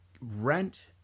rent